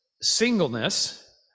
singleness